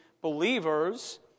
believers